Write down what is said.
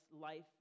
life